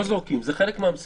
לא זורקים, זה חלק מהמשימות.